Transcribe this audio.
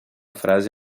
frase